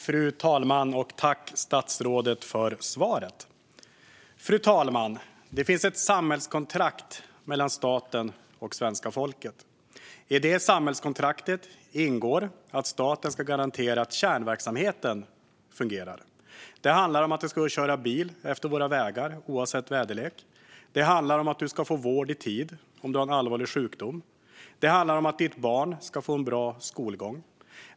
Fru talman! Tack, statsrådet, för svaret! Fru talman! Det finns ett samhällskontrakt mellan staten och svenska folket. I det samhällskontraktet ingår att staten ska garantera att kärnverksamheten fungerar. Det handlar om att det ska gå att köra bil på våra vägar, oavsett väderlek. Det handlar om att du ska få vård i tid om du har en allvarlig sjukdom. Det handlar om att ditt barn ska få en bra skolgång.